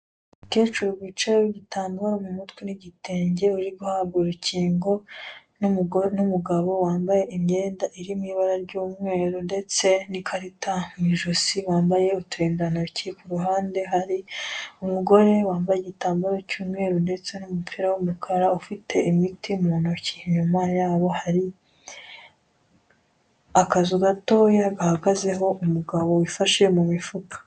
Kecuru wicaye w'igitambaro mu mutwe n'igitenge uri guhabwa urukingo, n'umugo n'umugabo wambaye imyenda iri mu ibara ry'umweru ndetse n'ikarita mu ijosi wambaye uturindantoki ku ruhande hari, umugore wambaye igitambaro cy'umweru ndetse n'umupira w'umukara ufite imiti mu ntoki inyuma yabo hari akazu gatoya gahagazeho umugabo wifashe mu mifuka.